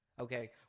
okay